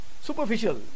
superficial